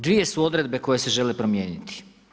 Dvije su odredbe koje se žele promijeniti.